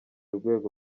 urwego